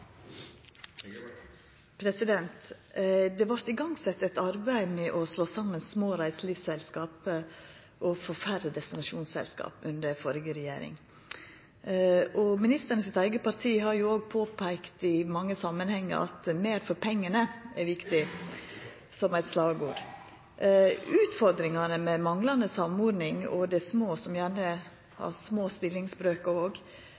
vart det sett i gang eit arbeid med å slå saman små reiselivsselskap og få færre destinasjonsselskap. Ministerens eige parti har jo i mange samanhengar òg påpeika at «mer for pengene» er viktig, som eit slagord. Utfordringane med manglande samordning av dei små – som gjerne har små stillingsbrøkar òg – og dette å få større og